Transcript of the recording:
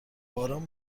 باران